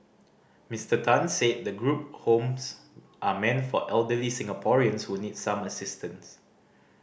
Mister Tan said the group homes are meant for elderly Singaporeans who need some assistance